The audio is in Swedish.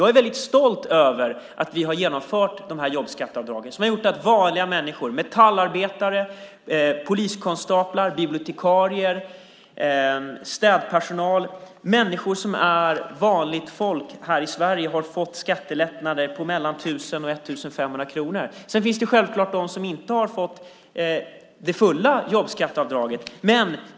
Jag är väldigt stolt över att vi har genomfört jobbskatteavdragen. Det har gjort att vanliga människor - metallarbetare, poliskonstaplar, bibliotekarier, städpersonal, människor som är vanligt folk här i Sverige - har fått skattelättnader på mellan 1 000 och 1 500 kronor. Det finns självklart de som inte har fått det fulla jobbskatteavdraget.